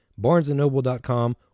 barnesandnoble.com